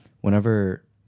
whenever